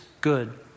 good